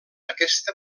aquesta